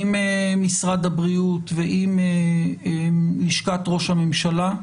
עם משרד הבריאות ועם לשכת ראש הממשלה,